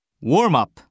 Warm-up